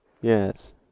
Yes